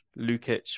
Lukic